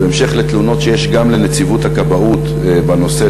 ובהמשך לתלונות נציבות הכבאות בנושא,